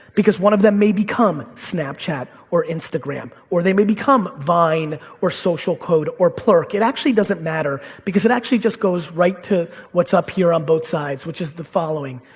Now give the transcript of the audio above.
because one of them may become snapchat or instagram, or they may become vine or social code or plurk, it actually doesn't matter because it actually just goes right to what's up here on both sides, which is the following.